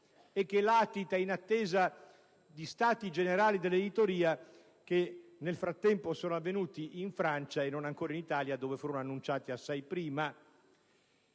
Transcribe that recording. che latita in attesa di Stati generali dell'editoria che, nel frattempo, si sono tenuti in Francia e non ancora in Italia, dove furono annunciati assai prima.